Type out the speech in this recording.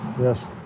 Yes